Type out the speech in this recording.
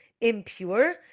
impure